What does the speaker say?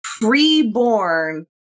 pre-born